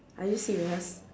are you serious